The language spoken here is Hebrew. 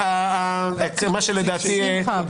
שמחה,